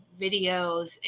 videos